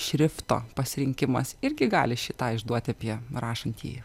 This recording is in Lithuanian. šrifto pasirinkimas irgi gali šį tą išduoti apie rašantįjį